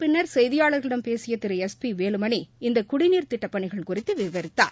பின்னர் செய்தியாளர்களிடம் பேசிய திரு எஸ் பி வேலுமணி இந்த குடிநீர் திட்டப் பணிகள் குறித்து விவரித்தார்